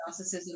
narcissism